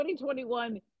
2021